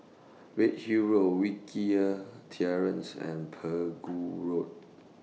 Redhill Road Wilkie Terrace and Pegu Road